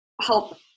help